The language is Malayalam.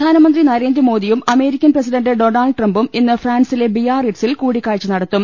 പ്രധാനമന്ത്രി നരേന്ദ്രമോദിയും അമേരിക്കൻ പ്രസിഡന്റ് ഡൊണാൾഡ് ട്രംപും ഇന്ന് ഫ്രാൻസിലെ ബിയാറിറ്റ്സിൽ കൂടി ക്കാഴ്ച നടത്തും